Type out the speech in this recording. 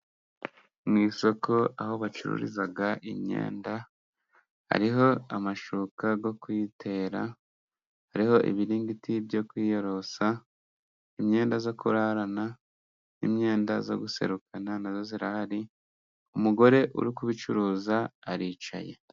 Mu isoko aho bacururiza imyenda, hariho amashuka yo kwitera, hariho ibiringiti byo kwiyorosa, imyenda yo kurarana, n'imyenda yo guserukana na yo irahari. Umugore uri kubicuruza aricaye.